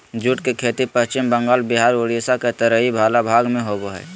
jute के खेती पश्चिम बंगाल बिहार उड़ीसा के तराई वला भाग में होबो हइ